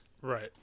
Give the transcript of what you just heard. Right